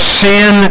sin